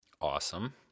Awesome